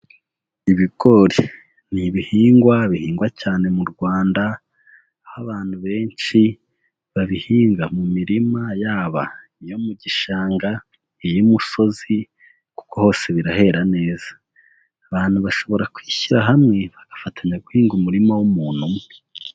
Ibigori ni ibihingwa bihingwa cyane mu Rwanda, aho abantu benshi babihinga mu mirima yabo iyo mu gishanga, iy'umusozi kuko hose birahera neza. Abantu bashobora kwishyira hamwe bagafatanya guhinga umurima w'umuntu umwe.